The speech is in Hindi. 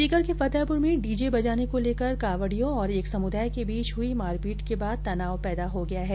सीकर के फतेहपुर में डीजे बजाने को लेकर कावडियों और एक समुदाय के बीच हुई मारपीट के बाद तनाव पैदा हो गया है